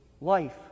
life